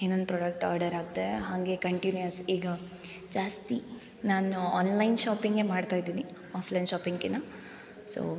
ಇನ್ನೊಂದು product order ಹಾಕಿದೆ ಹಂಗೆ ಕಂಟಿನ್ಯೂಸ್ ಈಗ ಜಾಸ್ತಿ ನಾನು ಆನ್ಲೈನ್ ಶಾಪಿಂಗೇ ಮಾಡ್ತ ಇದೀನಿ ಆಫ್ಲೈನ್ ಶಾಪಿಂಗ್ಕಿನ ಸೊ